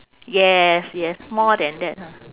yes yes more than that ah